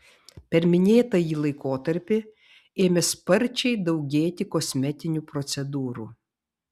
per minėtąjį laikotarpį ėmė sparčiai daugėti kosmetinių procedūrų